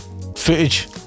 footage